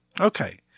Okay